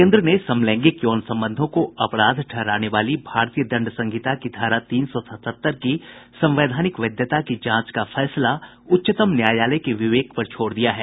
केन्द्र ने समलैंगिक यौन संबंधों को अपराध ठहराने वाली भारतीय दंड संहिता की धारा तीन सौ सतहत्तर की संवैधानिक वैधता की जांच का फैसला उच्चतम न्यायालय के विवेक पर छोड़ दिया है